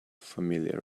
familiar